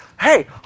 Hey